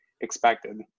expected